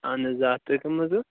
اَہن حَظ آ تُہۍ کٕم حَظ